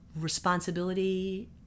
responsibility